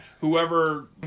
whoever